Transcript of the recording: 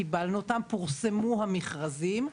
קיבלנו אותם ופורסמו המכרזים.